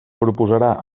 proposarà